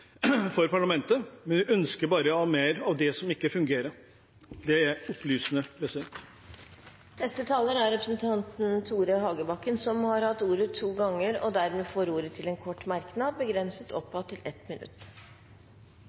for parlamentet, de ønsker bare mer av det som ikke fungerer. Det er opplysende. Representanten Tore Hagebakken har hatt ordet to ganger tidligere og får ordet til en kort merknad, begrenset til 1 minutt.